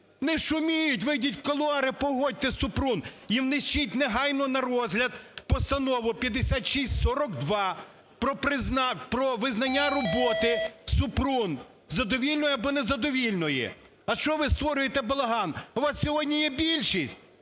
Не шуміть! Вийдіть в кулуари, погодьте Супрун і внесіть негайно на розгляд Постанову 5642 про визнання роботи Супрун задовільною або незадовільною. А що ви створюєте балаган? У вас сьогодні є більшість